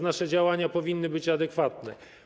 Nasze działania powinny być adekwatne.